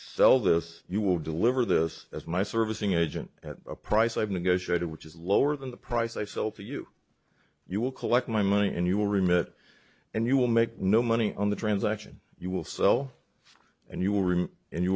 sell this you will deliver this as my servicing agent at a price i've negotiated which is lower than the price i sell to you you will collect my money and you will remit and you will make no money on the transaction you will sell and